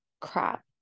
crap